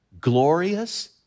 glorious